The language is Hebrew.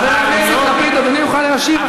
חבר הכנסת לפיד, אדוני יוכל להשיב.